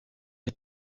les